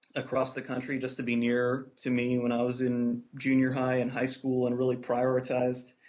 across the country just to be near to me when i was in junior high and high school and really prioritized,